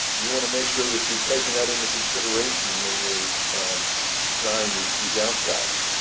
you want to make sure that you're taking that into consideration when you're designing your your downspouts.